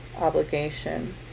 obligation